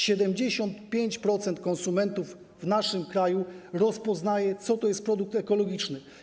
75% konsumentów w naszym kraju rozpoznaje, co to jest produkt ekologiczny.